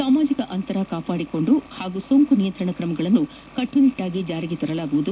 ಸಾಮಾಜಿಕ ಅಂತರ ಕಾಪಾಡಿಕೊಂಡು ಹಾಗೂ ಸೋಂಕು ನಿಯಂತ್ರಣ ಕ್ರಮಗಳನ್ನು ಕಟ್ಟುನಿಟ್ಟಾಗಿ ಜಾರಿಗೆ ತರಲಾಗುವುದು